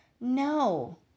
No